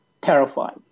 terrified